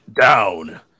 down